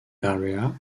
area